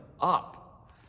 up